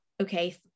okay